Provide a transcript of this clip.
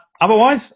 otherwise